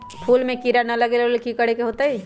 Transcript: फूल में किरा ना लगे ओ लेल कि करे के होतई?